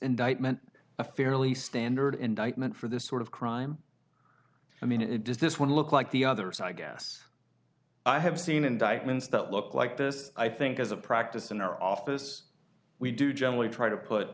indictment a fairly standard indictment for this sort of crime i mean it does this one look like the others i guess i have seen indictments that look like this i think as a practice in our office we do generally try to put